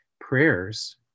prayers